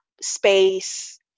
space